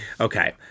Okay